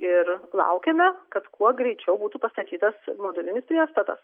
ir laukiame kad kuo greičiau būtų pastatytas modulinis priestatas